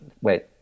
wait